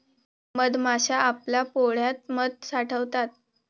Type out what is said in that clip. मधमाश्या आपल्या पोळ्यात मध साठवतात